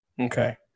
Okay